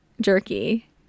jerky